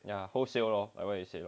ya wholesale lor like what you say